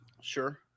Sure